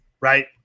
right